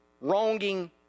wronging